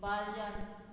Bhalchandra